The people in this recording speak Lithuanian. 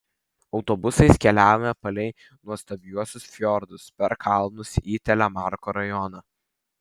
autobusais keliavome palei nuostabiuosius fjordus per kalnus į telemarko rajoną